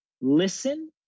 Listen